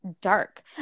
dark